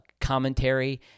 commentary